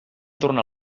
tornar